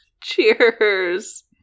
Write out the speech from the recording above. Cheers